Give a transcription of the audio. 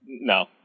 No